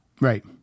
Right